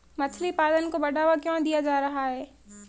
मछली पालन को बढ़ावा क्यों दिया जा रहा है?